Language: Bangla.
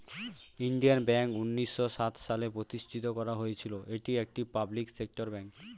ইন্ডিয়ান ব্যাঙ্ক উন্নিশো সাত সালে প্রতিষ্ঠিত করা হয়েছিল, এটি একটি পাবলিক সেক্টর ব্যাঙ্ক